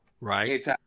Right